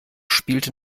spielt